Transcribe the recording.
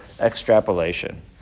extrapolation